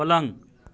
पलङ्ग